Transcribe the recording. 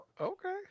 Okay